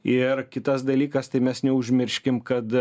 ir kitas dalykas tai mes neužmirškim kad